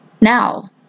Now